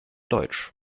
deutsch